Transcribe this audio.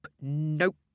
Nope